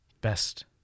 best